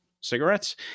cigarettes